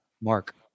Mark